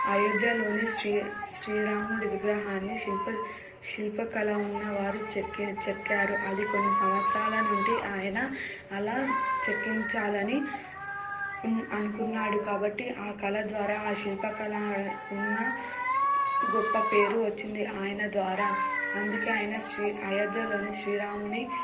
ఆయోధ్యలోని శ్రీ శ్రీరాముడి విగ్రహాన్ని శిల్ప శిల్ప కళ ఉన్నవారు చెక్కి చెక్కారు అది కొన్ని సంవత్సరాల నుండి ఆయన అలా చెక్కించాలని ఉం అనుకున్నాడు కాబట్టి ఆ కళ ద్వారా ఆ శిల్ప కల ఉన్న గొప్ప పేరు వచ్చింది ఆయన ద్వారా అందుకే ఆయన శ్రీ అయోధ్యలోని శ్రీరాముని